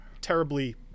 terribly